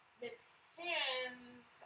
depends